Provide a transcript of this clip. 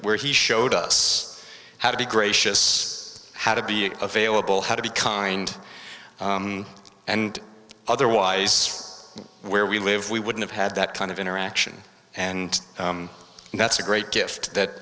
where he showed us how to be gracious how to be available how to be kind and otherwise where we live we wouldn't have that kind of interaction and that's a great gift that